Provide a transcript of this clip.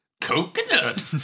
coconut